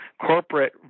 corporate